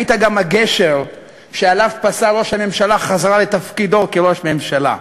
היית גם הגשר שעליו פסע ראש הממשלה חזרה לתפקידו כראש ממשלה.